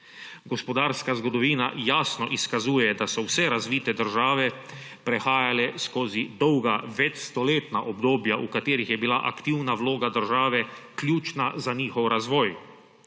Gospodarska zgodovina jasno izkazuje, da so vse razvite države prehajale skozi dolga večstoletna obdobja, v katerih je bila aktivna vloga države ključna za njihov razvoj.